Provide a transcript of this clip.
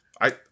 I-